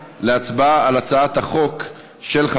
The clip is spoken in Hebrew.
ההצעה להעביר את הצעת חוק למניעת מפגעים